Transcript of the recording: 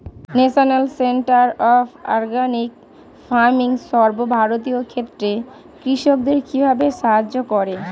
National centre of organic farming সর্বভারতীয় ক্ষেত্রে কৃষকদের কিভাবে সাহায্য করে?